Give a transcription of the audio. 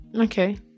Okay